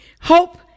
Hope